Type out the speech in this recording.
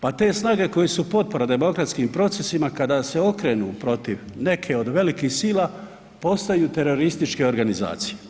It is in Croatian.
Pa te snage koje su potpora demokratskim procesima kada se okrenu protiv neke od velikih sila postaju terorističke organizacije.